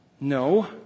No